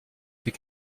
ses